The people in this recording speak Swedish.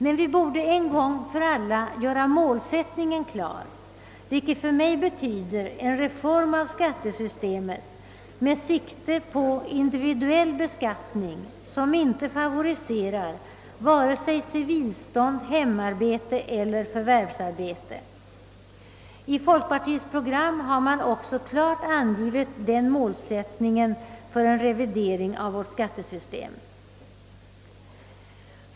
Men vi borde en gång för alla göra målsättningen klar, vilket för mig betyder en reform av skattesystemet med sikte på individuell beskattning, som inte favoriserar vare sig civilstånd, hemarbete eller förvärvsarbete. I folkpartiets program har man också klart angivit den målsättningen för en revidering av vårt skattesystem.